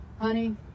honey